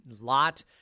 Lot